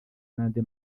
n’andi